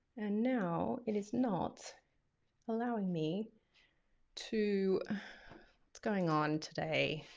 and now it is not allowing me to what's going on today?